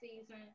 season